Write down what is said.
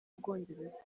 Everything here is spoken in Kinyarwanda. bwongereza